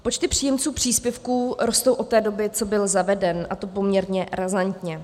Počty příjemců příspěvku rostou od té doby, co byl zaveden, a to poměrně razantně.